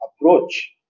approach